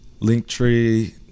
Linktree